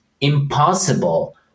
impossible